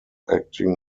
acting